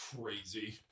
crazy